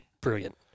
brilliant